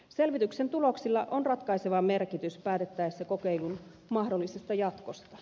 selvityksen tuloksilla on ratkaiseva merkitys päätettäessä kokeilun mahdollisesta jatkosta